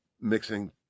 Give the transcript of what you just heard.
mixing